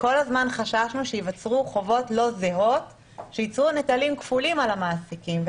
וכל הזמן חשבנו שייווצרו חובות לא זהות שייצרו נטל כפול על המעסיקים.